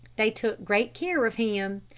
they took great care of him.